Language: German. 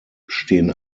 stehen